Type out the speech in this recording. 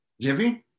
giving